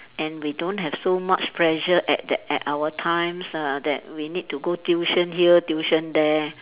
and we don't have so much pressure at that at our times uh that we need to go tuition here tuition there